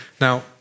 Now